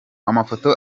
amafoto